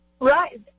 Right